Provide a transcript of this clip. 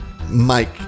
Mike